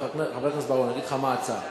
חבר הכנסת בר-און, אני אגיד לך מה ההצעה.